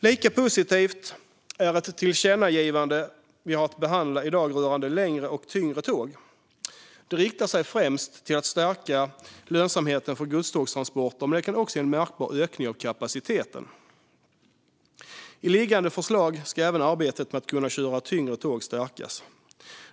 Lika positivt är ett tillkännagivande vi har att behandla i dag rörande längre och tyngre tåg. Det riktar sig främst till att stärka lönsamheten för godstågstransporter, men det kan också ge en märkbar ökning av kapaciteten. I liggande förslag ska även arbetet med att kunna köra tyngre tåg stärkas.